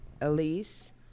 Elise